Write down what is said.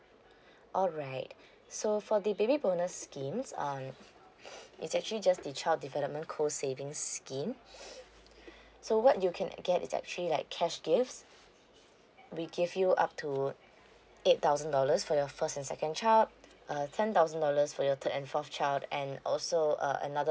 alright so for the baby bonus schemes uh it's actually just the child development co savings scheme so what you can get is actually like cash gifts we give you up to eight thousand dollars for your first and second child uh ten thousand dollars for your third and fourth child and also uh another